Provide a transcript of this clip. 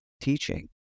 teaching